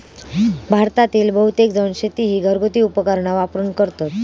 भारतातील बहुतेकजण शेती ही घरगुती उपकरणा वापरून करतत